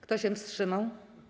Kto się wstrzymał?